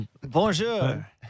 Bonjour